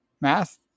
math